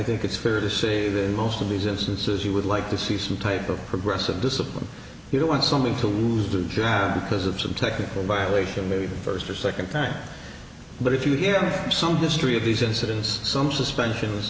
think it's fair to say most of these instances you would like to see some type of progressive discipline you don't want somebody to lose to john because of some technical violation of the first or second time but if you hear some destry of these incidents some suspension